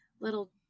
little